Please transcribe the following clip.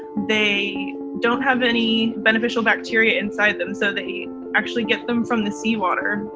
they don't have any beneficial bacteria inside them, so they actually get them from the seawater.